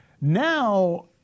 Now